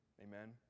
Amen